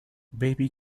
baby